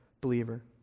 believer